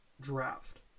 draft